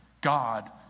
God